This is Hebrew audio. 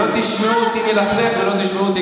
אבל אני לא אחשוף דברים שנאמרו פה בחדרים,